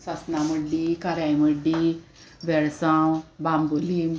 सासना मड्डी कार्याय मड्डी वेळसांव बांबोली